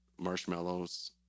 marshmallows